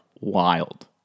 wild